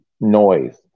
noise